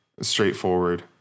straightforward